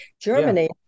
germany